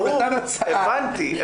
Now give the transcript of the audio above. הבנתי.